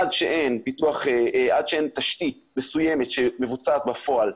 עד שאין תשתית מסוימת שמבוצעת בפועל,